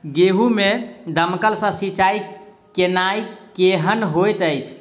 गेंहूँ मे दमकल सँ सिंचाई केनाइ केहन होइत अछि?